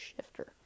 shifter